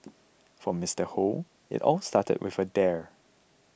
for Mister Hoe it all started with a dare